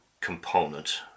component